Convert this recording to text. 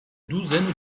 douzaine